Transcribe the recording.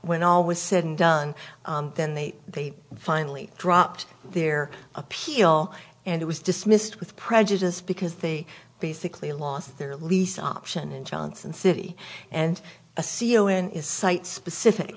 when all was said and done then they they finally dropped their appeal and it was dismissed with prejudice because they basically lost their lease option in johnson city and a c e o in is site specific